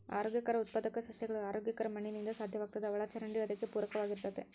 ಆರೋಗ್ಯಕರ ಉತ್ಪಾದಕ ಸಸ್ಯಗಳು ಆರೋಗ್ಯಕರ ಮಣ್ಣಿನಿಂದ ಸಾಧ್ಯವಾಗ್ತದ ಒಳಚರಂಡಿಯೂ ಅದಕ್ಕೆ ಪೂರಕವಾಗಿರ್ತತೆ